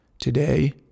Today